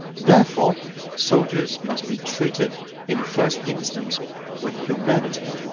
therefore soldiers must be treated in the first instance with humanity,